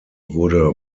wurde